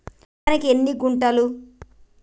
ఒక ఎకరానికి ఎన్ని గుంటలు?